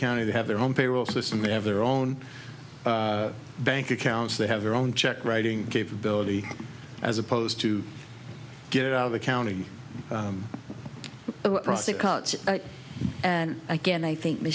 county they have their own payroll system they have their own bank accounts they have their own check writing capability as opposed to get out of the county and again i think the